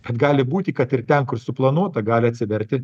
kad gali būti kad ir ten kur suplanuota gali atsiverti